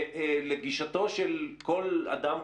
שלגישתו של כל אדם,